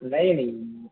نہیں نہیں